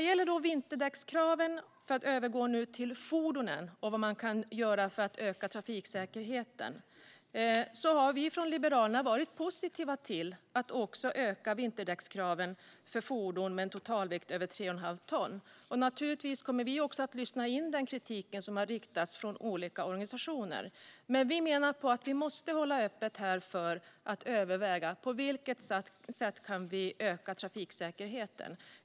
För att övergå till fordonen och vad man kan göra för att öka trafiksäkerheten: Vi har från Liberalerna varit positiva till att öka vinterdäckskraven för fordon med en totalvikt över tre och ett halvt ton. Naturligtvis kommer vi också att lyssna in den kritik som har riktats från olika organisationer, men vi menar att vi måste hålla öppet för att överväga på vilket sätt vi kan öka trafiksäkerheten.